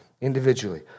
individually